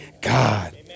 God